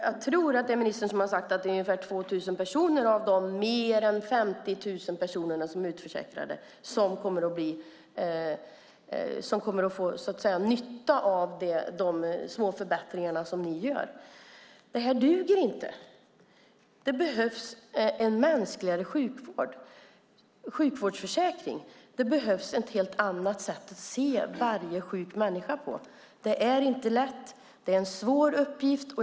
Jag tror att det är ministern som har sagt att det är ungefär 2 000 personer av de mer än 50 000 personer som är utförsäkrade som så att säga kommer att få nytta av de små förbättringar som ni gör. Det här duger inte. Det behövs en mänskligare sjukvårdsförsäkring. Det behövs ett helt annat sätt att se på varje sjuk människa. Det är inte lätt. Det är en svår uppgift.